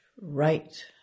right